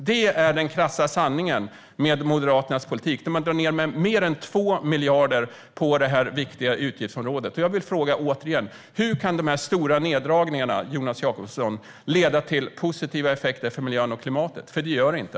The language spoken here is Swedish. Det är den krassa sanningen om Moderaternas politik, där man drar ned med mer än 2 miljarder på detta viktiga utgiftsområde. Så jag vill återigen fråga: Hur kan dessa stora neddragningar, Jonas Jacobsson, leda till positiva effekter för miljön och klimatet? Det gör de inte.